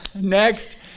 Next